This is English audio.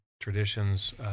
traditions